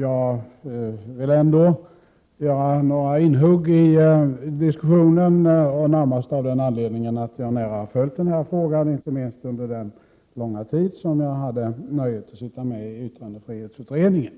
Jag vill ändå göra några inhugg i diskussionen, närmast av den anledningen att jag nära har följt den här frågan, inte minst under den långa tid som jag hade nöjet att sitta med i yttrandefrihetsutredningen.